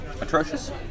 atrocious